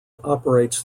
operates